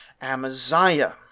Amaziah